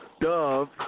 Dove